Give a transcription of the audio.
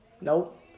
Nope